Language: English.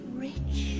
rich